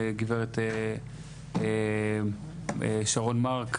גב' שרון מרק,